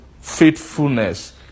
faithfulness